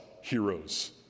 heroes